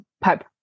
pipe